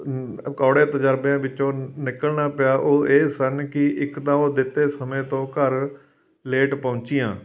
ਕੌੜੇ ਤਜਰਬਿਆਂ ਵਿੱਚੋਂ ਨਿਕਲਣਾ ਪਿਆ ਉਹ ਇਹ ਸਨ ਕਿ ਇੱਕ ਤਾਂ ਉਹ ਦਿੱਤੇ ਸਮੇਂ ਤੋਂ ਘਰ ਲੇਟ ਪਹੁੰਚੀਆਂ